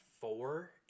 four